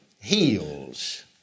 heals